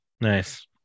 Nice